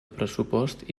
pressupost